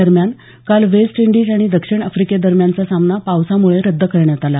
दरम्यान काल West Indies आणि दक्षिण अफ्रिकेदरम्यानचा सामना पावसामुळं रद्द करण्यात आला